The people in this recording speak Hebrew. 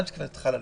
מה חל עליהם?